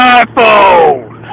iPhone